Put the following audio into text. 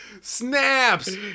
snaps